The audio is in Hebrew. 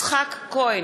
יצחק כהן,